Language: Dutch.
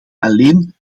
alleen